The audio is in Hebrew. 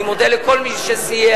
אני מודה לכל מי שסייע,